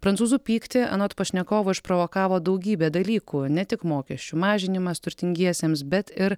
prancūzų pyktį anot pašnekovo išprovokavo daugybė dalykų ne tik mokesčių mažinimas turtingiesiems bet ir